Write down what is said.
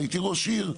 הייתי ראש עיר.